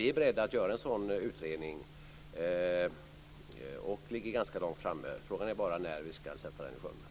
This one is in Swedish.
Vi är beredda att tillsätta en sådan utredning och ligger ganska långt framme. Frågan är bara när vi ska sätta den i sjön.